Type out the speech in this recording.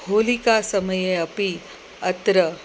होलिका समये अपि अत्र